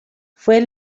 fue